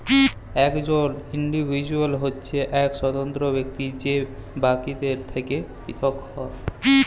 একজল ইল্ডিভিজুয়াল হছে ইক স্বতন্ত্র ব্যক্তি যে বাকিদের থ্যাকে পিরথক